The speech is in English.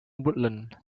woodland